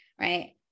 right